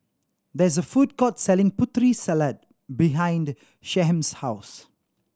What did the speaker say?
there is a food court selling Putri Salad behind Shyheim's house